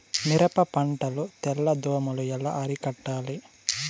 మిరప పంట లో తెల్ల దోమలు ఎలా అరికట్టాలి?